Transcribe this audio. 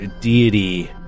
deity